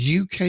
UK